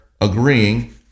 agreeing